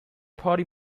party